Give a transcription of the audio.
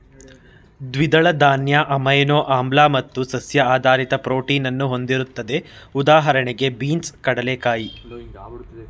ದ್ವಿದಳ ಧಾನ್ಯ ಅಮೈನೋ ಆಮ್ಲ ಮತ್ತು ಸಸ್ಯ ಆಧಾರಿತ ಪ್ರೋಟೀನನ್ನು ಹೊಂದಿರ್ತದೆ ಉದಾಹಣೆಗೆ ಬೀನ್ಸ್ ಕಡ್ಲೆಕಾಯಿ